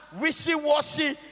wishy-washy